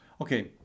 Okay